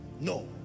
No